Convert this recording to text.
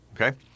okay